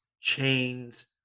chains